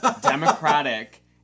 Democratic